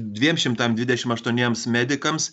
dviem šimtam dvidešimt aštuoniems medikams